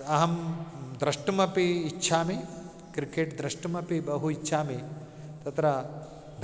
अहं द्रष्टुमपि इच्छामि क्रिकेट् द्रष्टुमपि बहु इच्छामि तत्र